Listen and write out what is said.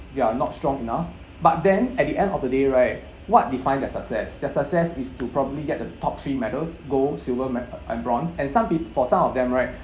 you are not strong enough but then at the end of the day right what define their success their success is to probably get the top three medals gold silver med~ and bronze and some peo~ for some of them right